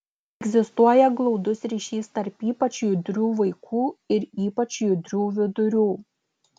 egzistuoja glaudus ryšys tarp ypač judrių vaikų ir ypač judrių vidurių